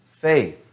faith